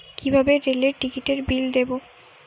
কিভাবে রেলের টিকিটের বিল দেবো?